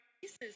pieces